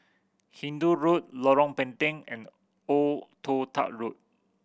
Hindoo Road Lorong Pendek and Old Toh Tuck Road